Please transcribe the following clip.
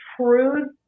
true